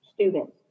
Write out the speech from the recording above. students